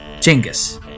Genghis